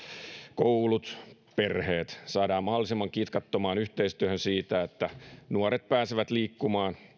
koulut perheet saadaan mahdollisimman kitkattomaan yhteistyöhön niin että nuoret pääsevät liikkumaan